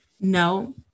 No